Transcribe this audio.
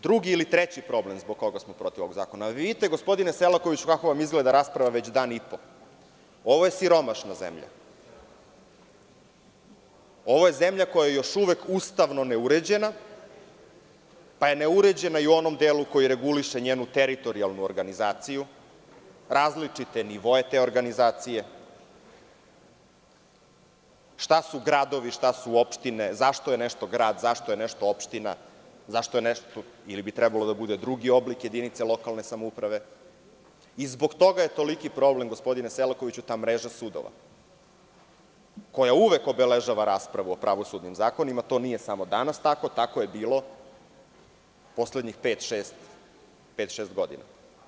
Drugi ili treći problem zbog koga smo protiv ovog zakona, vidite gospodine Selakoviću kako vam izgleda rasprava već dan i po, ovo je siromašna zemlja, ovo je zemlja koja je još uvek ustavno neuređena, pa je neuređena i u onom delu koji reguliše njenu teritorijalnu organizaciju, različite nivoe te organizacije, šta su gradovi, šta su opštine, zašto je nešto grad, zašto je nešto opština, zašto je nešto, ili bi trebalo da bude drugi oblik jedinice lokalne samouprave, i zbog toga je toliki problem, gospodine Selakoviću, ta mreža sudova, koja uvek obeležava raspravu o pravosudnim zakonima, to nije samo danas tako, tako je bilo poslednjih pet šest godina.